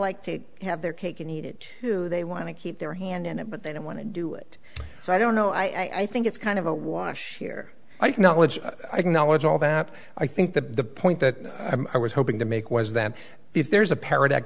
like to have their cake and eat it too they want to keep their hand in it but they don't want to do it so i don't know i think it's kind of a wash here like knowledge knowledge all that i think the point that i was hoping to make was that if there is a paradox